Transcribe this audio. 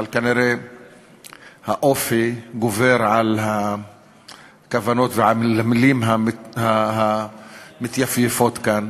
אבל כנראה האופי גובר על הכוונות ועל המילים המתייפייפות כאן.